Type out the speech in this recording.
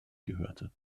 gehörte